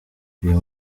uyu